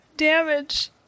damage